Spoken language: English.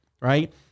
right